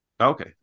Okay